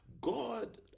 God